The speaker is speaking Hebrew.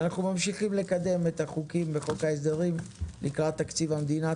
אנחנו ממשיכים לקדם את החוקים בחוק ההסדר לקראת תקציב המדינה.